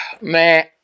Man